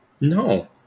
no